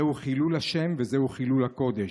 זהו חילול השם וזהו חילול הקודש,